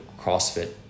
CrossFit